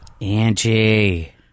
Angie